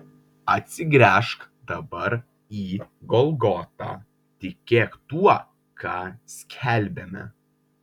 atsigręžk dabar į golgotą tikėk tuo ką skelbiame